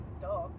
Duh